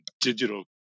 digital